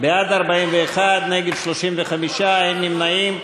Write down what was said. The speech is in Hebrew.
בעד, 41, נגד 35, אין נמנעים.